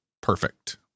perfect